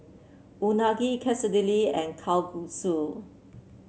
Unagi Quesadillas and Kalguksu